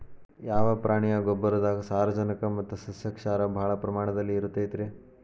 ಯಾವ ಪ್ರಾಣಿಯ ಗೊಬ್ಬರದಾಗ ಸಾರಜನಕ ಮತ್ತ ಸಸ್ಯಕ್ಷಾರ ಭಾಳ ಪ್ರಮಾಣದಲ್ಲಿ ಇರುತೈತರೇ?